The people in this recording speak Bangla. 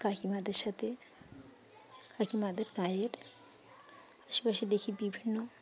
কাকিমাদের সাথে কাকিমাদের গায়ের আশেপাশে দেখি বিভিন্ন